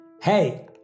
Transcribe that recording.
Hey